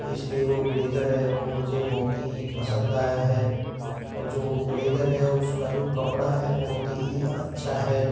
तो इसलिए वो ब्लेज़र है वो मुझे बहुत ही पसंद आया है और जो वो ब्लेज़र है उसका जो कपड़ा है बहुत ही अच्छा है